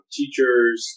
teachers